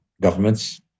governments